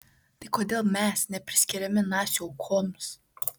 tai kodėl mes nepriskiriami nacių aukoms